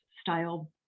style